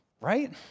Right